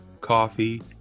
coffee